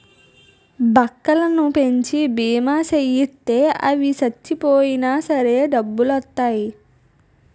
బక్కలను పెంచి బీమా సేయిత్తే అవి సచ్చిపోయినా సరే డబ్బులొత్తాయి